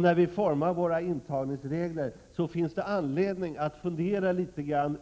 När vi utformar antagningsreglerna finns det anledning att något fundera